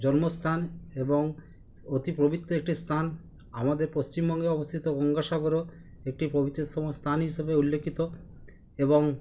জন্মস্থান এবং অতি পবিত্র একটি স্থান আমাদের পশ্চিমবঙ্গে অবস্থিত গঙ্গাসাগরও একটি পবিত্রতম স্থান হিসাবে উল্লেখিত এবং